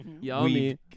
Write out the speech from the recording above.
Yummy